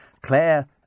Claire